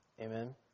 Amen